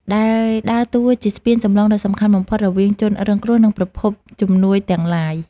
ដែលដើរតួជាស្ពានចម្លងដ៏សំខាន់បំផុតរវាងជនរងគ្រោះ និងប្រភពជំនួយទាំងឡាយ។